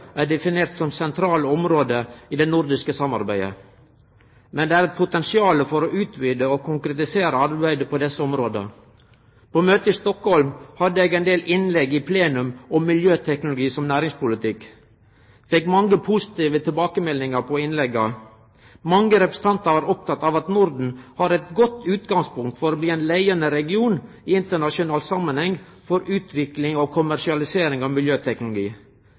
er definert som sentrale område i det nordiske samarbeidet. Men det er eit potensial for å utvide og konkretisere arbeidet på desse områda. På møtet i Stockholm hadde eg ein del innlegg i plenum om miljøteknologi som næringspolitikk. Eg fekk mange positive tilbakemeldingar på innlegga. Mange representantar var opptekne av at Norden har eit godt utgangspunkt for å bli ein leiande region i internasjonal samanheng for utvikling og kommersialisering av miljøteknologi.